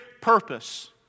purpose